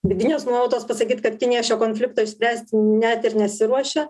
vidinės nuojautos pasakyt kad kinija šio konflikto išspręsti net ir nesiruošia